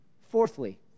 Fourthly